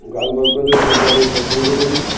গান বাজনাকে খুব আমি পছন্দ করি